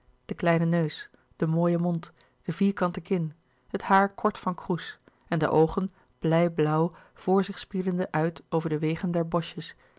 de kleine neus de mooie mond de vierkante kin het haar kort van kroes en de oogen blij blauw voor zich spiedende uit over de wegen